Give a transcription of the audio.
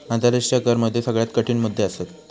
आंतराष्ट्रीय कर मुद्दे सगळ्यात कठीण मुद्दे असत